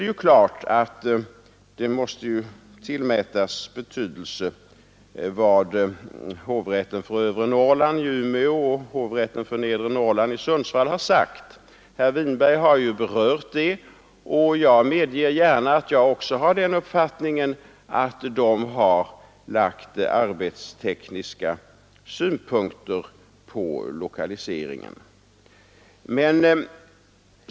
Det är klart att det måste tillmätas betydelse vad hovrätten för Övre Norrland i Umeå och hovrätten för Nedre Norrland i Sundsvall har sagt. Herr Winberg har berört detta, och jag medger gärna att jag också har uppfattningen att de har lagt arbetstekniska synpunkter på lokaliseringen.